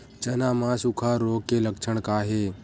चना म सुखा रोग के लक्षण का हे?